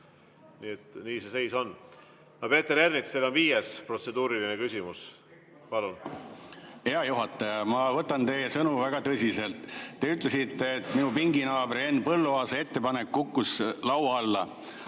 vastu. Nii see seis on. Peeter Ernits, teil on viies protseduuriline küsimus. Palun! Hea juhataja, ma võtan teie sõnu väga tõsiselt. Te ütlesite, et minu pinginaabri Henn Põlluaasa ettepanek kukkus laua alla.